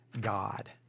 God